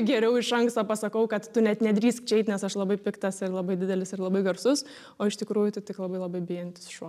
geriau iš anksto pasakau kad tu net nedrįsk čia eit nes aš labai piktas ir labai didelis ir labai garsus o iš tikrųjų tai tik labai labai bijantis šuo